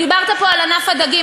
דיברת פה על ענף הדגים,